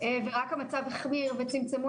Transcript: מגפת הקורונה בפירוש חשפה לפנינו מראה